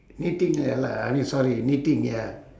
knitting ya lah I mean sorry knitting ya